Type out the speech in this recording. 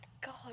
God